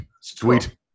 sweet